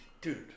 Dude